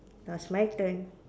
now's my turn